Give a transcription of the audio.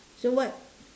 so what